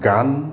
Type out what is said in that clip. গান